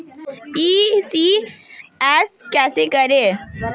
ECS कैसे करें?